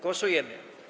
Głosujemy.